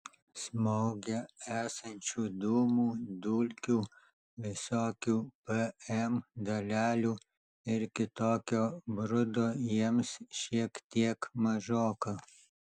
smoge esančių dūmų dulkių visokių pm dalelių ir kitokio brudo jiems šiek tiek mažoka